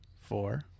Four